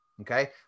Okay